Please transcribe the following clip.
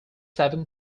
seven